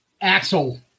Axel